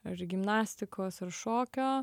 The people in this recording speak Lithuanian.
ir gimnastikos ir šokio